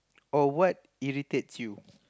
or what irritates you